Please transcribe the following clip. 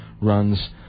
runs